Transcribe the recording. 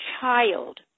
child